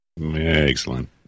excellent